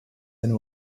than